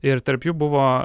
ir tarp jų buvo